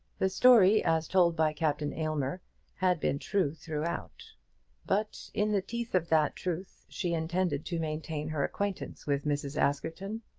the story as told by captain aylmer had been true throughout but, in the teeth of that truth, she intended to maintain her acquaintance with mrs. askerton.